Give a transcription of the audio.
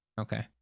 Okay